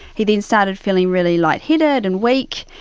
he then started feeling really lightheaded and weak.